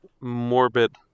morbid